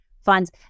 funds